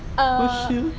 ah